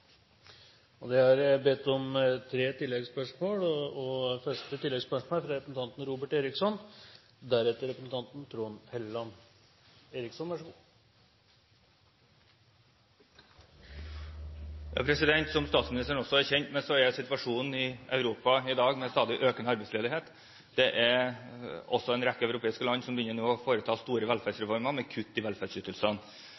Det blir gitt anledning til tre oppfølgingsspørsmål – først Robert Eriksson. Som statsministeren også er kjent med, er situasjonen i Europa i dag at det er en stadig økende arbeidsledighet. En rekke europeiske land begynner nå å foreta store